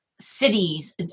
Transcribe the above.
cities